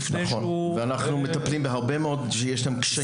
אנחנו מדברים על תחומים כמו מחשבים כשברור שישנה האפשרות הטכנית.